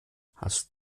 hast